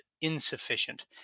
insufficient